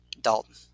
Dalton